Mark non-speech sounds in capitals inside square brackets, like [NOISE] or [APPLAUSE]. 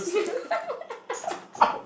[LAUGHS]